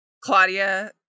Claudia